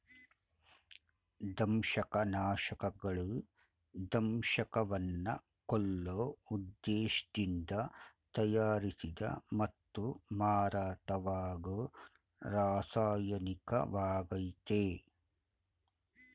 ದಂಶಕನಾಶಕಗಳು ದಂಶಕವನ್ನ ಕೊಲ್ಲೋ ಉದ್ದೇಶ್ದಿಂದ ತಯಾರಿಸಿದ ಮತ್ತು ಮಾರಾಟವಾಗೋ ರಾಸಾಯನಿಕವಾಗಯ್ತೆ